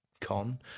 con